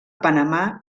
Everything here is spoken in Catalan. panamà